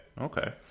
okay